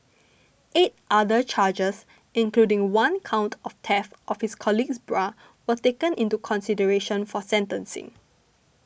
eight other charges including one count of theft of his colleague's bra were taken into consideration for sentencing